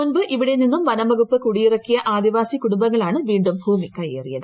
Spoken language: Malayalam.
മുമ്പ് ഇവിടെ നിന്നുംവനം വകുപ്പ് കുടിയിറക്കിയ ആദിവാസികുടുംബങ്ങളാണ് വീണ്ടും ഭൂമി കൈയേറിയത്